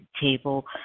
table